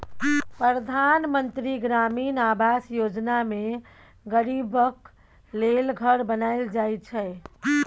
परधान मन्त्री ग्रामीण आबास योजना मे गरीबक लेल घर बनाएल जाइ छै